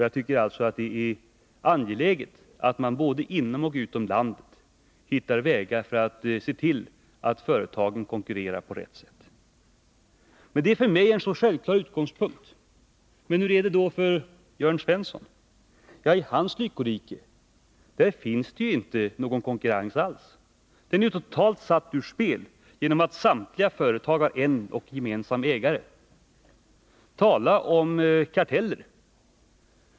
Jag tycker det är angeläget att man, både inom och utom landet, hittar vägar för att se till att företagen konkurrerar med varandra på ett riktigt sätt. Det är för mig en självklar utgångspunkt. Men hur är det då för Jörn Svensson? I hans lyckorike finns det ju inte någon konkurrens alls. Den är totalt satt ur spel genom att samtliga företag har samma ägare. Tala om karteller!